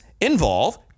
involve